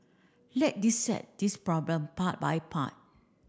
let dissect this problem part by part